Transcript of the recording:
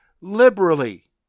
liberally